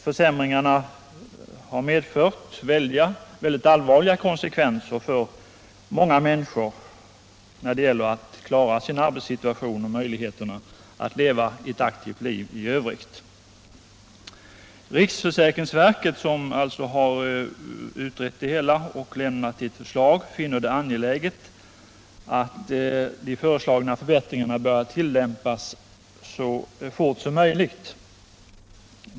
Försämringarna medför väldigt allvarliga konsekvenser för många människor när det gäller att klara arbetssituationen och möjligheterna att leva ett aktivt liv i övrigt. Riksförsäkringsverket, som alltså har utrett det hela och lämnat ett förslag, finner det angeläget att de föreslagna förbättringarna börjar tilllämpas så fort som möjligt.